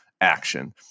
action